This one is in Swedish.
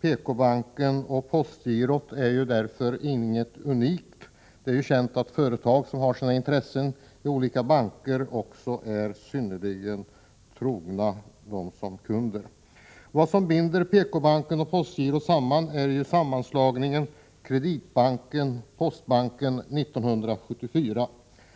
PK-banken och postgirot är därför inte unikt. Det är känt att företag som har sina intressen i olika banker också är synnerligen trogna dem som kunder. Vad som binder PK-banken och postgirot samman är sammanslagningen av Kreditbanken och Postbanken 1974.